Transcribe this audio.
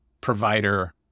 provider